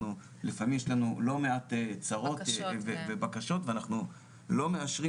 לפעמים יש לנו לא מעט צרות ובקשות ואנחנו לא מאשרים